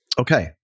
Okay